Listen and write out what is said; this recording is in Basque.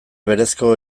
berezko